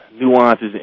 nuances